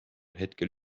hetkel